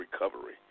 recovery